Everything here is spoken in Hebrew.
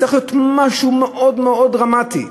צריך להיות משהו מאוד מאוד דרמטי.